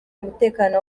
umutekano